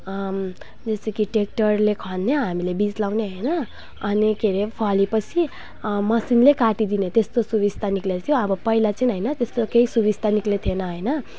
जस्तो कि ट्र्याक्टरले खन्ने हामीले बीज लगाउने होइन अनि के अरे फलेपछि मसिनले काटिदिने त्यस्तो सुविस्ता निस्किएको थियो अब पहिला चाहिँ होइन त्यस्तो केही सुविस्ता निस्किएको थिएन होइन